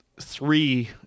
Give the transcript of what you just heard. three